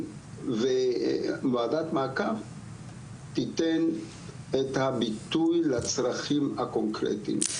וועדת מעקב תיתן את הביטוי לצרכים הקונקרטיים,